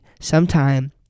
sometime